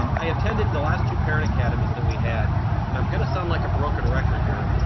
um i attended the last two parent academies that we had and i'm going to sound like a broken record here,